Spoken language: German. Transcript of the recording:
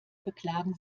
beklagen